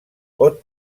pot